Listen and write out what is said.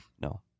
No